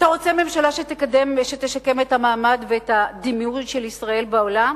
אתה רוצה ממשלה שתשקם את המעמד ואת הדימוי של ישראל בעולם?